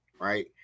Right